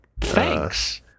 Thanks